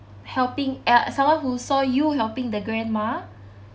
helping ya someone who saw you helping the grandma